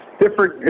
different